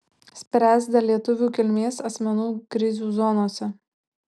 spręs dėl lietuvių kilmės asmenų krizių zonose